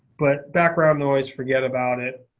but background noise, forget about it.